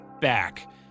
back